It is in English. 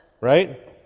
Right